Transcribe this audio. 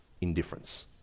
indifference